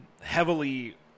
Heavily